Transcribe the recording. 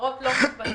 ההעברות לא מתבצעות,